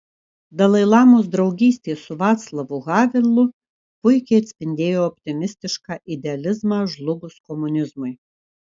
dalai lamos draugystė su vaclavu havelu puikiai atspindėjo optimistišką idealizmą žlugus komunizmui